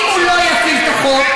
ואם הוא לא יפעיל את החוק,